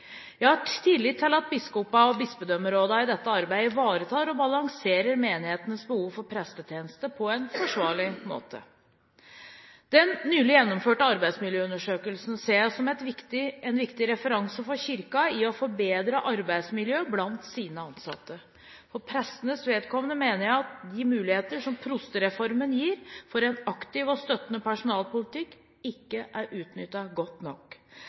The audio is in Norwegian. Jeg har tillit til at biskopene og bispedømmerådene i dette arbeidet ivaretar og balanserer menighetenes behov for prestetjeneste på en forsvarlig måte. Den nylig gjennomførte arbeidsmiljøundersøkelsen ser jeg som en viktig referanse for Kirken i å forbedre arbeidsmiljøet blant sine ansatte. For prestenes vedkommende mener jeg at de muligheter som prostereformen gir for en aktiv og støttende personalpolitikk, ikke er utnyttet godt nok.